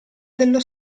dello